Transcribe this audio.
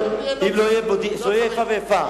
שלא תהיה איפה ואיפה.